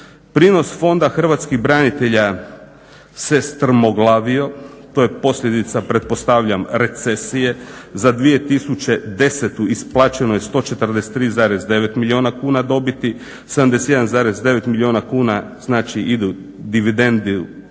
Prinos Fonda hrvatskih branitelja se strmoglavio, to je posljedica pretpostavljam recesije. Za 2010. isplaćeno je 143,9 milijuna kuna dobiti, 71,9 milijuna kuna znači idu dividende